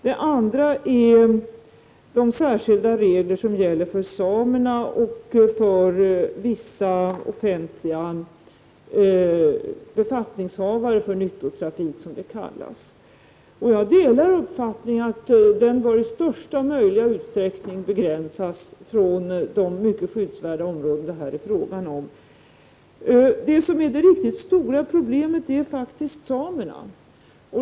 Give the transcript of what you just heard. Den andra var de särskilda regler som gäller för samerna och för vissa offentliga befattningshavare, för nyttotrafik som det kallas. Jag delar uppfattningen att den i största möjliga utsträckning bör begränsas i de mycket skyddsvärda områden som det här är fråga om. Det riktigt stora problemet är faktiskt samerna.